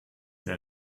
der